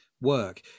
work